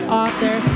author